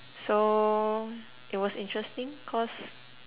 so it was interesting cause